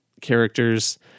characters